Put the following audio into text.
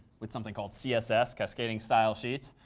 with something called css, cascading style sheets.